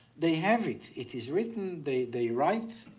they have it. it is written. they they write,